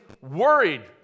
worried